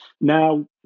Now